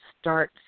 start